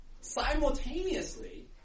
Simultaneously